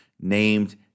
named